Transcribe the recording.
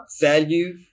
value